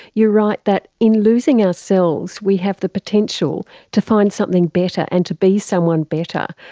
you write that in losing ourselves we have the potential to find something better and to be someone better.